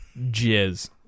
Jizz